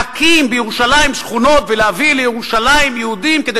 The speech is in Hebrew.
להקים בירושלים שכונות ולהביא לירושלים יהודים כדי